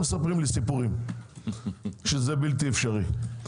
מספרים לי סיפורים שזה בלתי אפשרי?